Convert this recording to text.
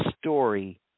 story